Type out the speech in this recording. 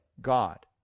God